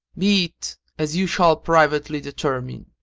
be it as you shall privately determine,